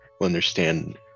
understand